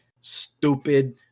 stupid